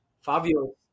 Fabio